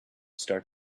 start